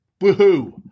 Woohoo